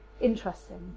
interesting